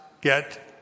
get